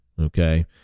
Okay